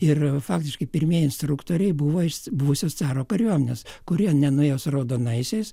ir faktiškai pirmieji instruktoriai buvo iš buvusios caro kariuomenės kurie nenuėjo su raudonaisiais